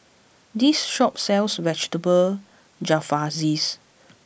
this shop sells Vegetable Jalfrezi